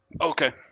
Okay